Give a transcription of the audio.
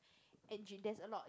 engine there's a lot